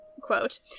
quote